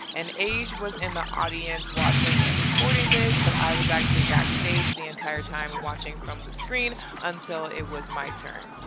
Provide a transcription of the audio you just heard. and age was in the audience watching and recording this. but i was actually backstage the entire time watching from the screen until it was my turn.